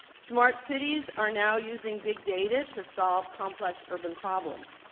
smart cities are now using big data to solve complex urban problems.